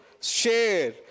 share